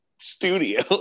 studio